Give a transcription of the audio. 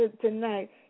tonight